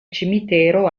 cimitero